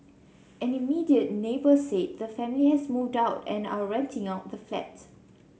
an immediate neighbour said the family has moved out and are renting out the flat